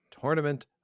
Tournament